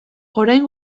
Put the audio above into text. orain